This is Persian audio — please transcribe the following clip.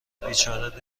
بیچاره